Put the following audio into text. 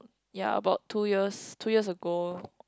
ya about two years two years ago